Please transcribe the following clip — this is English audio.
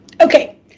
Okay